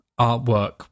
artwork